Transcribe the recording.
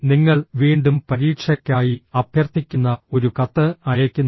നിങ്ങൾ വീണ്ടും പരീക്ഷയ്ക്കായി അഭ്യർത്ഥിക്കുന്ന ഒരു കത്ത് അയയ്ക്കുന്നു